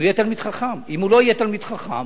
שיהיה תלמיד חכם, אם הוא לא יהיה תלמיד חכם,